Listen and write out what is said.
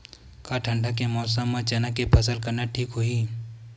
का ठंडा के मौसम म चना के फसल करना ठीक होही?